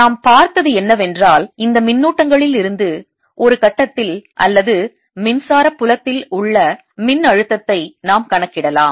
நாம் பார்த்தது என்னவென்றால் இந்த மின்னூட்டங்களில் இருந்து ஒரு கட்டத்தில் அல்லது மின்சார புலத்தில் உள்ள மின்னழுத்தத்தை நாம் கணக்கிடலாம்